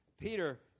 Peter